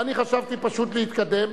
ואני חשבתי פשוט להתקדם,